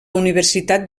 universitat